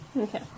Okay